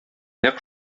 нәкъ